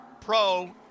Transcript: pro